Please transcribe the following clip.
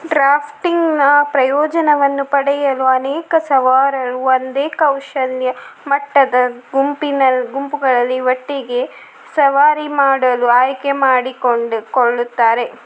ಡ್ರಾಫ್ಟಿಂಗ್ನ ಪ್ರಯೋಜನವನ್ನು ಪಡೆಯಲು ಅನೇಕ ಸವಾರರು ಒಂದೇ ಕೌಶಲ್ಯ ಮಟ್ಟದ ಗುಂಪಿನಲ್ಲಿ ಗುಂಪುಗಳಲ್ಲಿ ಒಟ್ಟಿಗೆ ಸವಾರಿ ಮಾಡಲು ಆಯ್ಕೆ ಮಾಡಿಕೊಂಡು ಕೊಳ್ಳುತ್ತಾರೆ